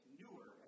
newer